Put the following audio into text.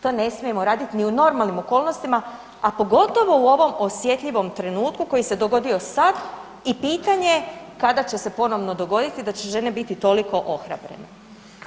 To ne smijemo radit ni u normalnim okolnostima, a pogotovo u ovom osjetljivom trenutku koji se dogodio sad i pitanje je kada će se ponovno dogoditi da će žene biti toliko ohrabrene.